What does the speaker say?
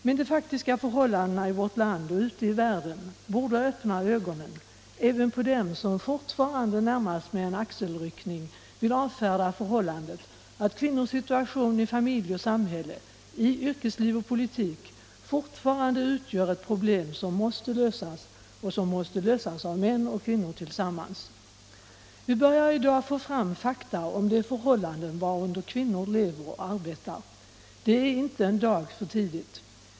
Men de faktiska förhållandena i vårt land och ute i världen borde öppna ögonen även på dem som fortfarande närmast med en axelryckning vill avfärda förhållandet att kvinnors situation i familj och samhälle, i yrkesliv och politik fortfarande utgör ett problem som måste lösas och som måste lösas av män och kvinnor tillsammans. Vi börjar i dag få fram fakta om de förhållanden varunder kvinnor lever och arbetar. Det är inte en dag för tidigt.